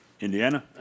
Indiana